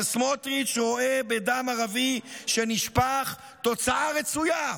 אבל סמוטריץ' רואה בדם ערבי שנשפך תוצאה רצויה,